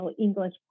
English